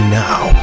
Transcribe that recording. now